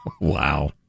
Wow